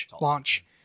launch